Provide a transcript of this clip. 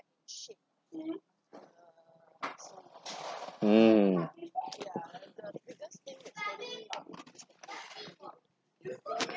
mm